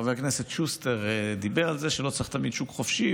חבר הכנסת שוסטר דיבר על זה שלא צריך תמיד שוק חופשי,